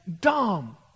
dumb